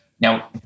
Now